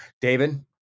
David